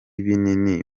binini